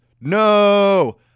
no